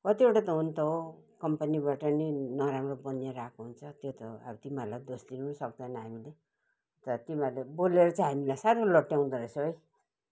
कतिवटा त हुनु त हो कम्पनीबाट नै नराम्रो बनिएर आएको हुन्छ त्यो त अब तिमीहरूलाई दोष दिनु पनि सक्दैन हामीले तर तिमीहरूले बोलेर चाहिँ हामीलाई साह्रो लट्ट्यउँदो रहेछौ है